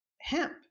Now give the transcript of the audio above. hemp